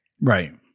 Right